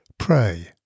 Pray